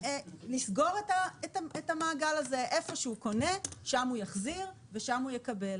ונסגור את המעגל הזה במקום שהוא קונה שם הוא יחזיר ושם הוא יקבל.